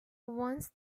once